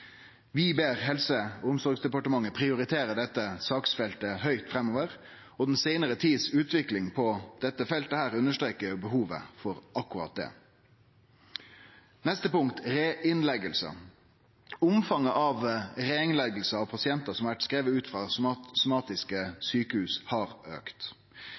Vi ber Helse- og omsorgsdepartementet prioritere dette saksfeltet høgt framover. Utviklinga den seinare tida på dette feltet understrekar behovet for akkurat dette. Neste punkt er reinnlegging. Omfanget av reinnlegging av pasientar som har blitt skrivne ut frå somatiske sjukehus, har